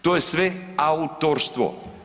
To je sve autorstvo.